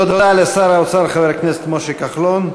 תודה לשר האוצר חבר הכנסת משה כחלון.